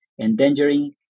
endangering